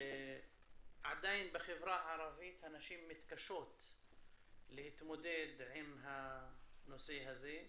ועדיין בחברה הערבית הנשים מתקשות להתמודד עם הנושא הזה,